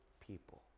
people